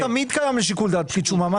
זה תמיד קיים לשיקול דעת פקיד שומה.